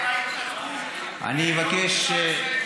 כשאני מודיע על זה שההתנתקות זה לא מבצע צבאי ולא,